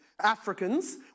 Africans